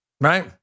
right